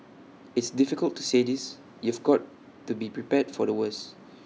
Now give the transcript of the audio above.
it's difficult to say this you've got to be prepared for the worst